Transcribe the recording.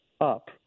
up